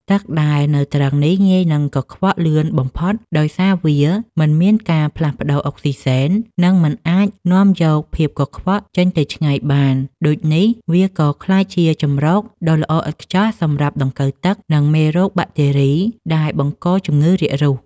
ទឹកដែលនៅទ្រឹងនេះងាយនឹងកខ្វក់លឿនបំផុត ដោយសារវាមិនមានការផ្លាស់ប្តូរអុកស៊ីសែន និងមិនអាចនាំយកភាពកខ្វក់ចេញទៅឆ្ងាយបាន ដូចនេះវាក៏ក្លាយជាជម្រកដ៏ល្អឥតខ្ចោះសម្រាប់ដង្កូវទឹក និងមេរោគបាក់តេរីដែលបង្កជំងឺរាករូស។